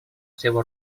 seva